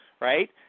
right